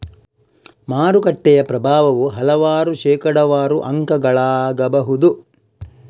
ಮಾರುಕಟ್ಟೆಯ ಪ್ರಭಾವವು ಹಲವಾರು ಶೇಕಡಾವಾರು ಅಂಕಗಳಾಗಬಹುದು